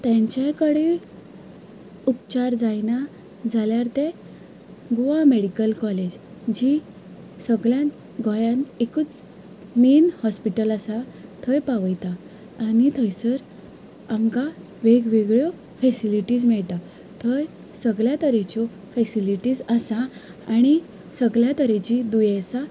तेंचेय कडेन उपचार जायना जाल्यार ते गोवा मॅडिकल कॉलेज जी सगळ्यान गोंयांत एकूच मेन हॉस्पीटल आसा थंय पावयता आनी थंयसर आमकां वेग वेगळ्यो फॅसिलिटीज मेळटा थंय सगळ्या तरेच्यो फॅसिलिटीज आसा आनी सगळ्या तरेचीं दुयेंसां